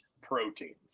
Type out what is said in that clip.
proteins